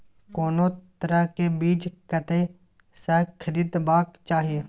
कोनो तरह के बीज कतय स खरीदबाक चाही?